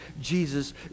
Jesus